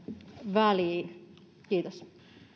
väliin kiitos